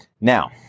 Now